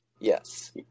yes